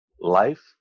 Life